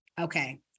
okay